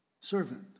servant